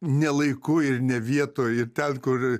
ne laiku ir ne vietoj ir ten kur